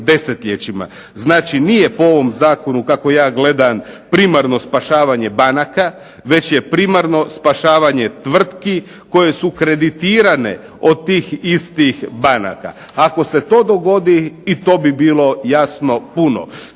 desetljećima. Znači, nije po ovom zakonu kako ja gledam primarno spašavanje banaka već je primarno spašavanje tvrtki koje su kreditirane od tih istih banaka. Ako se to dogodi i to bi bilo jasno puno.